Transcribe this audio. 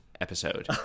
episode